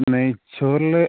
നെയ്ച്ചോറിൽ